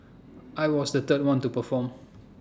I was the third one to perform